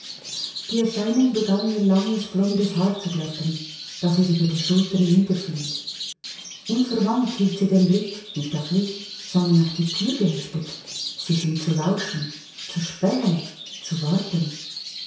die erscheinung begann ihr langes blondes haar zu glätten das ihr über die schultern niederfiel unverwandt hielt sie den blick nicht auf mich sondern auf die tür geheftet sie schien zu lauschen zu spähen zu warten